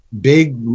big